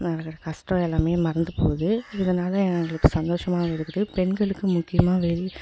வர்ற கஷ்டம் எல்லாமே மறந்துப்போகுது இதனால் எங்களுக்கு சந்தோஷமாவும் இருக்குது பெண்களுக்கு முக்கியமாக வெளி